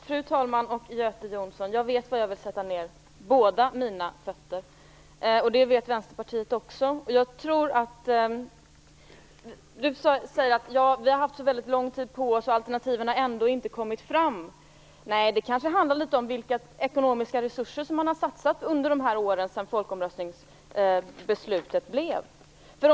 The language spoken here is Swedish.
Fru talman och Göte Jonsson! Jag vet var jag vill sätta ned båda mina fötter, och det vet också Vänsterpartiet. Göte Jonsson säger att vi har haft väldigt lång tid på oss och att alternativen ändå inte har kommit fram. Det kanske handlar litet om vilka ekonomiska resurser man har satsat under åren sedan folkomröstningsbeslutet fattades.